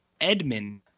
Edmund